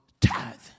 tithing